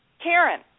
Karen